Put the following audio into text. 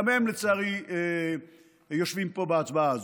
גם הם לצערי יושבים פה בהצבעה הזו.